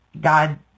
God